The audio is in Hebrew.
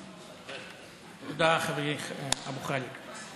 תודה, חברי אבו חאלד.